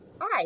Hi